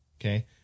Okay